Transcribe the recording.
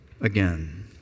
again